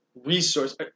Resource